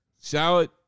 Salad